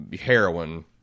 heroin